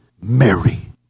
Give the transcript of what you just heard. Mary